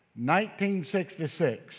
1966